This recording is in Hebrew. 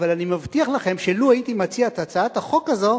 אבל אני מבטיח לכם שלו הייתי מציע את הצעת החוק הזאת,